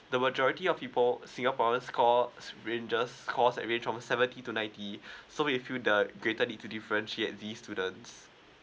the majority of people singaporeans call rangers cause away from seventy to ninety so give you the the greater need to differentiate the students